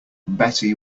betty